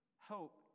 hope